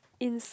in